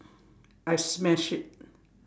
I smash it